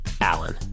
Allen